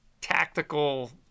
tactical